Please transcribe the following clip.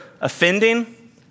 offending